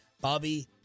Bobby